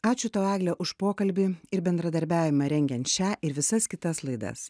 ačiū tau egle už pokalbį ir bendradarbiavimą rengiant šią ir visas kitas laidas